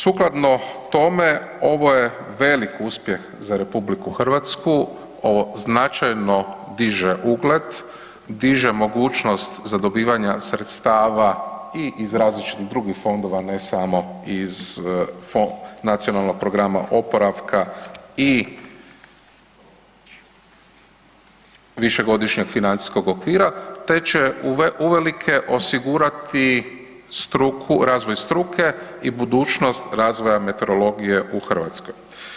Sukladno tome ovo je velik uspjeh za RH, ovo značajno diže ugled, diže mogućnost za dobivanje sredstava i iz različitih drugih fondova ne samo iz Nacionalnog programa oporavka i Višegodišnjeg financijskog okvira te će uvelike osigurati struku, razvoj struke i budućnost razvoja meteorologije u Hrvatskoj.